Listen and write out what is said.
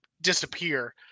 disappear